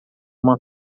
uma